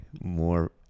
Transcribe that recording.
more